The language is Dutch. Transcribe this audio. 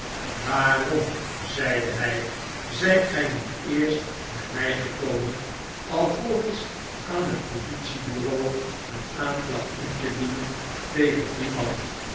waarom zeide hij zijt gij niet eerst bij mij gekomen alvorens aan het politiebureau een aanklacht in te dienen tegen dien man